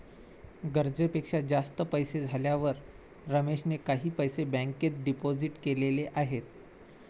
गरजेपेक्षा जास्त पैसे झाल्यावर रमेशने काही पैसे बँकेत डिपोजित केलेले आहेत